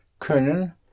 ...können